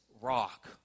rock